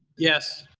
yes.